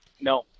no